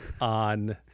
on